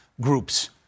groups